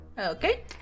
Okay